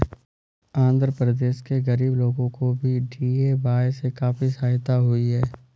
आंध्र प्रदेश के गरीब लोगों को भी डी.ए.वाय से काफी सहायता हुई है